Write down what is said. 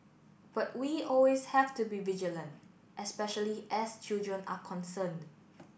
but we always have to be vigilant especially as children are concerned